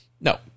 no